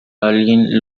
alguien